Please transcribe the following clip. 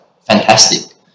fantastic